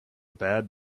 bad